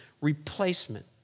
replacement